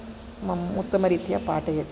माम् उत्तमरीत्या पाठयति